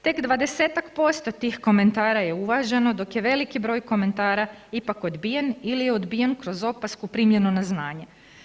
Tek 20-tak posto tih komentara je uvaženo dok je veliki broj komentara ipak odbijen ili je odbijen kroz opasku „primljeno na znanje“